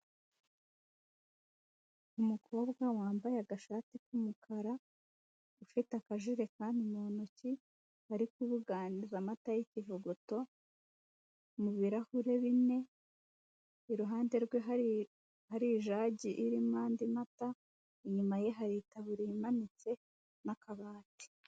Umukobwa wambaye agashati k'umukara, ufite akajerekani mu ntoki, ari kubuganiza amata y'ikivuguto mu birahure bine, iruhande rwe hari ijagi irimo andi mata, inyuma ye hari itaburiya imanitse n'akabati.